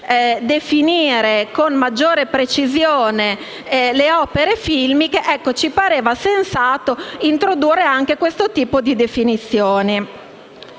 definire con maggiore precisione le opere filmiche, ci pareva sensato introdurre anche questo tipo di definizione.